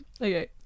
Okay